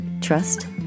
trust